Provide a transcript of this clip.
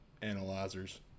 analyzers